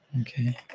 Okay